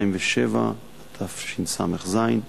התשס"ז 2007,